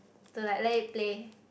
to like let it play